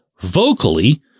vocally